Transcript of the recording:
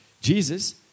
Jesus